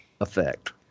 effect